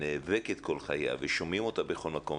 היא נאבקת כל חייה ושומעים אותה בכל מקום,